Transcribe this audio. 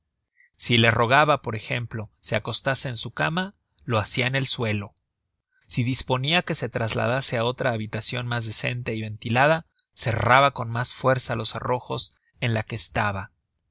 si la rogaba por ejemplo se acostase en su cama lo hacia en el suelo si disponia que se trasladase á otra habitacion mas decente y ventilada cerraba con mas fuerza los cerrojos de la en que estaba